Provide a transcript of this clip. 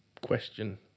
question